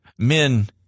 Men